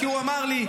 כי הוא אמר לי,